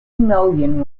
million